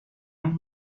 مون